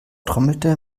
trommelte